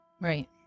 Right